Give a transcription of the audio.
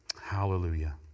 Hallelujah